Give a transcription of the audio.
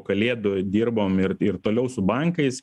kalėdų dirbom ir ir toliau su bankais